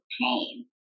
pain